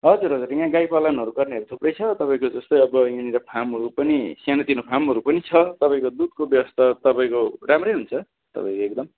हजुर हजुर यहाँ गाई पालनहरू गर्नेहरू थुप्रै छ तपाईँको जस्तै अब यहाँनिर फार्महरू पनि सानोतिनो फार्महरू पनि छ तपाईँको दुधको व्यवस्था तपाईँको राम्रै हुन्छ तपाईँको एकदम